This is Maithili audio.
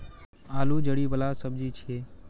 आलू जड़ि बला सब्जी छियै